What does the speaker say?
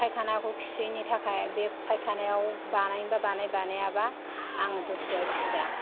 फायखानाखौ खियैनि थाखाय बे फायखाना आव बानायनोबा बानाय बानायाबा आङो दस्राआव खिया